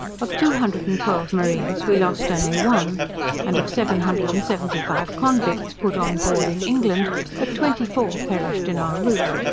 of two hundred and twelve marines we lost only one and of seven hundred and seventy-five convicts, put on board in england, but twenty-four perished in our route.